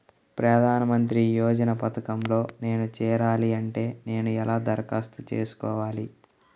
ప్రధాన మంత్రి యోజన పథకంలో నేను చేరాలి అంటే నేను ఎలా దరఖాస్తు చేసుకోవాలి?